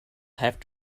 have